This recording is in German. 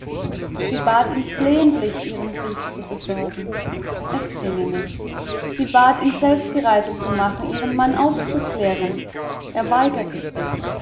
sie bat ihn flehentlich ihren brief zu besorgen es ginge nicht sie bat ihn selbst die reise zu machen ihren mann aufzuklären er weigerte sich